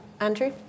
Andrew